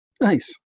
Nice